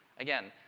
again,